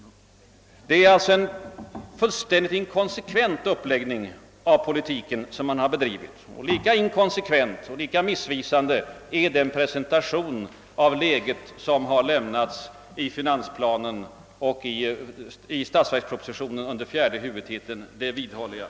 Man har alltså gjort en fullständigt inkonsekvent uppläggning av försvarspolitiken. Lika inkonsekvent och missvisande är den presentation av läget som har lämnats i finansplanen och i statsverkspropositionen under fjärde huvudtiteln, det vidhåller jag.